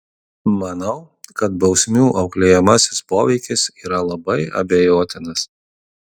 manau kad bausmių auklėjamasis poveikis yra labai abejotinas